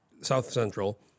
south-central